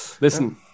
Listen